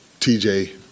TJ